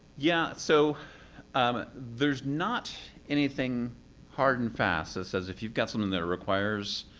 yeah so um there's not anything hard and fast that says if you've got something that requires.